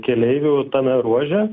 keleivių tame ruože